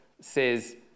says